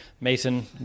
Mason